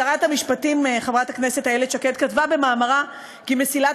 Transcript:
שרת המשפטים חברת הכנסת איילת שקד כתבה במאמרה כי "מסילת